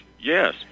Yes